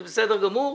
זה בסדר גמור.